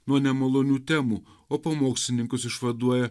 nuo nemalonių temų o pamokslininkus išvaduoja